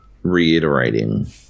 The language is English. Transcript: reiterating